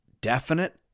definite